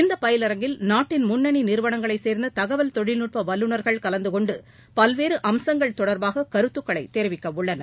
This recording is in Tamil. இந்த பயிலரங்கில் நாட்டின் முன்னணி நிறுவனங்களைச் சேர்ந்த தகவல் தொழில்நுட்ப வல்லுநர்கள் கலந்து கொண்டு பல்வேறு அம்சங்கள் தொடர்பாக கருத்துக்களைத் தெரிவிக்கவுள்ளனர்